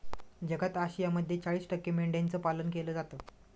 जगात आशियामध्ये चाळीस टक्के मेंढ्यांचं पालन केलं जातं